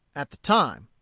at the time,